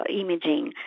imaging